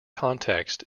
context